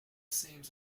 seems